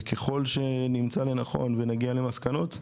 וככל שנמצא לנכון ונגיע למסקנות,